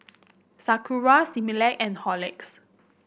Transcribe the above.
Sakura Similac and Horlicks